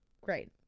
great